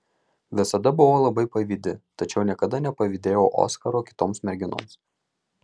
visada buvau labai pavydi tačiau niekada nepavydėjau oskaro kitoms merginoms